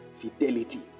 fidelity